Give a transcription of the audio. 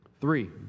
Three